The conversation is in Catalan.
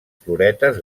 floretes